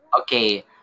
Okay